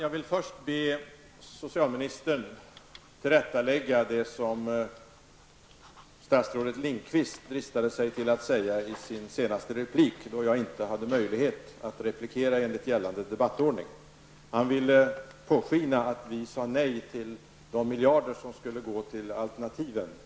Herr talman! Jag vill först be socialministern tillrättalägga det som statsrådet Lindqvist dristade sig till att säga i sin senaste replik. Jag hade då inte möjlighet att replikera enligt gällande debattordning. Han ville påskina att vi sade nej till de miljarder som skulle gå till alternativen.